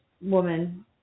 woman